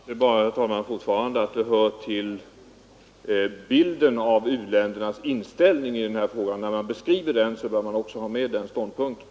Herr talman! Jag vidhåller att detta krav hör till bilden av u-ländernas inställning i denna fråga. När man beskriver den bör man också ta med den ståndpunkten.